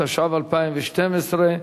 התשע"ב 2012,